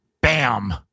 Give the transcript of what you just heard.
bam